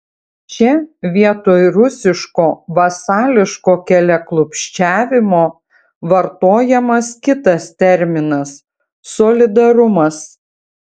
čia vietoj rusiško vasališko keliaklupsčiavimo vartojamas kitas terminas solidarumas